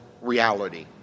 reality